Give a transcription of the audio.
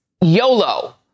YOLO